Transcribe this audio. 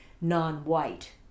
non-white